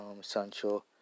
Sancho